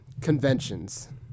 Conventions